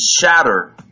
shatter